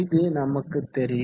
இது நமக்கு தெரியும்